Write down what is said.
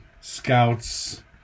scouts